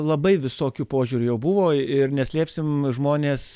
labai visokių požiūrių jau buvo ir neslėpsim žmonės